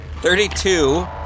Thirty-two